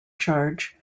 charge